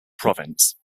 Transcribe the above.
province